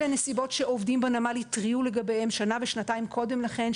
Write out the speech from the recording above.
אלה נסיבות שעובדים בנמל התריעו לגביהם שנה ושנתיים קודם לכן,